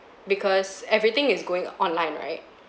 because everything is going online right